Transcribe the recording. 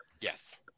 Yes